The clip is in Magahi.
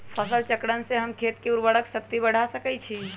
फसल चक्रण से हम खेत के उर्वरक शक्ति बढ़ा सकैछि?